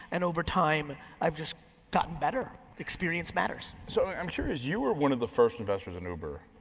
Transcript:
and over time i've just gotten better. experience matters. so i'm curious, you were one of the first investors in uber.